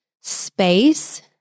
space